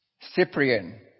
Cyprian